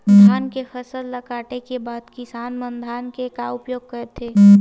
धान के फसल ला काटे के बाद किसान मन धान के का उपयोग करथे?